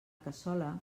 cassola